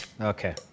Okay